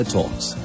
Talks